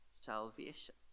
salvation